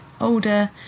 older